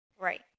Right